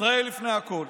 ישראל לפני הכול.